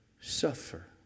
suffer